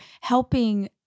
helping